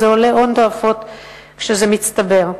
זה עולה הון תועפות כשזה מצטבר.